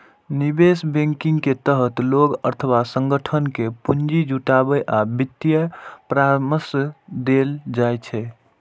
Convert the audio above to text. निवेश बैंकिंग के तहत लोग अथवा संगठन कें पूंजी जुटाबै आ वित्तीय परामर्श देल जाइ छै